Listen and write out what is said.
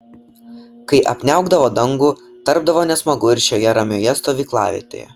kai apniaukdavo dangų tapdavo nesmagu ir šioje ramioje stovyklavietėje